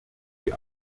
die